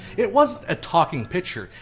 it wasn't a talking picture,